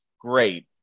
Great